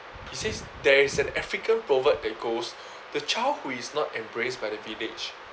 it says there is an african proverb that goes the child who is not embraced by the village